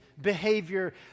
behavior